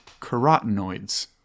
carotenoids